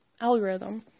algorithm